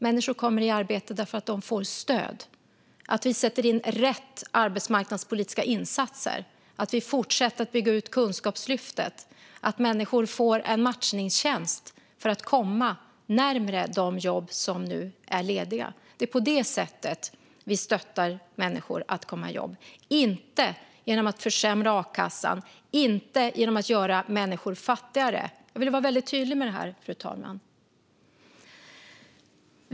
Människor kommer i arbete för att de får stöd, för att vi sätter in rätt arbetsmarknadspolitiska insatser, för att vi fortsätter att bygga ut Kunskapslyftet och för att de får en matchningstjänst för att komma närmare de jobb som nu är lediga. Det är på det sättet vi stöttar människor att komma i jobb - inte genom att försämra a-kassan, inte genom att göra människor fattigare. Jag vill vara väldigt tydlig med det, fru talman.